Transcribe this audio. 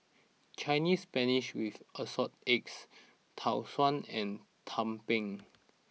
Chinese Spinach with Assorted Eggs Tau Suan and Tumpeng